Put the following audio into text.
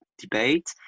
debate